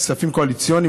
כספים קואליציוניים,